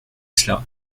cela